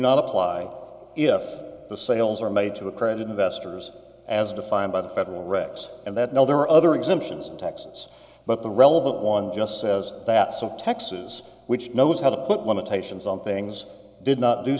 not apply if the sales are made to a credit investors as defined by the federal reps and that now there are other exemptions texts but the relevant one just says that some texas which knows how to put limitations on things did not do